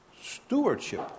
stewardship